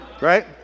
right